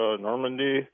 Normandy